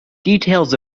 details